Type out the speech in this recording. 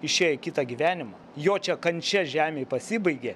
išėjo į kitą gyvenimą jo čia kančia žemėj pasibaigė